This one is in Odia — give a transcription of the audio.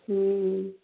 ହୁଁ